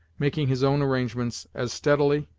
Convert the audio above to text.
making his own arrangements as steadily,